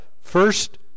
First